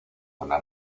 zona